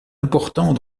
important